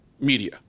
media